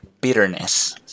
bitterness